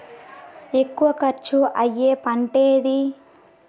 ఎక్కువ ఖర్చు అయ్యే పంటేది?